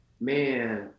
Man